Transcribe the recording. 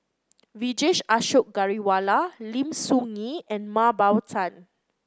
Vijesh Ashok Ghariwala Lim Soo Ngee and Mah Bow Tan